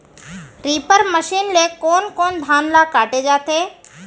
Reaper machine ले कोन कोन धान ल काटे जाथे?